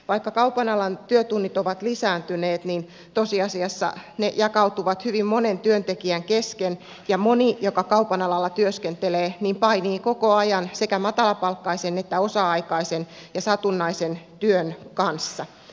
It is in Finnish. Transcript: vaikka kaupan alan työtunnit ovat lisääntyneet niin tosiasiassa ne jakautuvat hyvin monen työntekijän kesken ja moni joka kaupan alalla työskentelee painii koko ajan sekä matalapalkkaisen että osa aikaisen ja satunnaisen työn kanssa